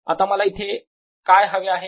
आता मला इथे काय हवे आहे